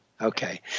okay